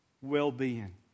well-being